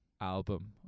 Album